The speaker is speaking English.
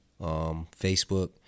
Facebook